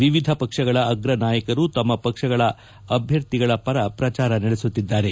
ವಿವಿಧ ಪಕ್ಷಗಳ ಅಗ್ರ ನಾಯಕರು ತಮ್ಮ ಪಕ್ಷದ ಅಭ್ಯರ್ಥಿಗಳ ಪರ ಪ್ರಚಾರ ನಡೆಸುತ್ತಿದ್ದಾರೆ